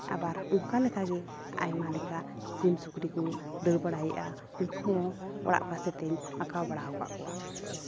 ᱟᱵᱟᱨ ᱚᱱᱠᱟ ᱞᱮᱠᱟ ᱜᱮ ᱟᱭᱢᱟ ᱞᱮᱠᱟ ᱥᱤᱢ ᱥᱩᱠᱨᱤ ᱠᱚ ᱫᱟᱹᱲ ᱵᱟᱲᱟᱭᱮᱜᱼᱟ ᱩᱱᱠᱩ ᱦᱚᱸ ᱚᱲᱟᱜ ᱯᱟᱥᱮᱛᱮᱧ ᱟᱱᱠᱟᱣ ᱵᱟᱲᱟ ᱠᱟᱜ ᱠᱚᱣᱟ